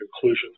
conclusion